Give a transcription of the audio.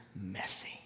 messy